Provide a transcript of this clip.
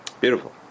Beautiful